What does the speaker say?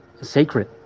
sacred